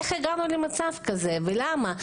איך הגענו למצב הזה ולמה?